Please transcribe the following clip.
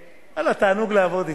תענוג לעבוד אתך.